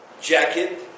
jacket